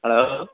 hello